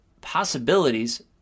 possibilities